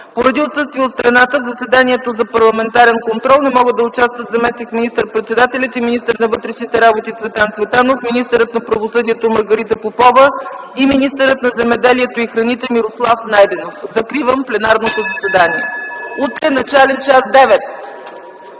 Поради отсъствие от страната в заседанието за Парламентарен контрол не могат да участват заместник министър-председателят и министър на вътрешните работи Цветан Цветанов, министърът на правосъдието Маргарита Попова и министърът на земеделието и храните Мирослав Найденов. Закривам пленарното заседание. Утре, начален час -